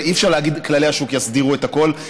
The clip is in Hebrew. ואי-אפשר להגיד שכללי השוק יסדירו את הכול.